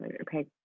Okay